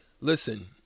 Listen